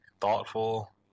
thoughtful